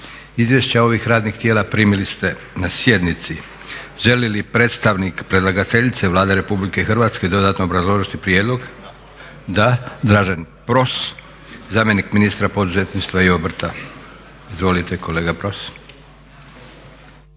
Izvješća ovih radnih tijela primili ste na sjednici. Želi li predstavnik predlagateljice Vlade Republike Hrvatske dodatno obrazložiti prijedlog? Da. Dražen Pros, zamjenik ministra poduzetništva i obrta. Izvolite kolega Pros.